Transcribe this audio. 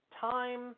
time